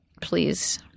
please